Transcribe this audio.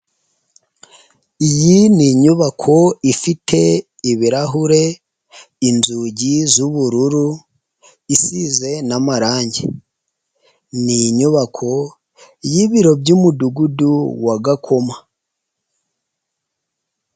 Iyi ni inyubako ifite ibirahure, inzugi z'ubururu, isize n'amarange. Ni inyubako y'ibiro by'Umudugudu wa Gakoma.